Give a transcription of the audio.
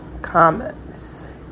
comments